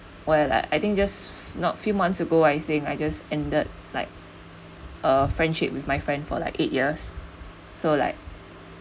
well I I think just not few months ago I think I just ended like a friendship with my friend for like eight years so like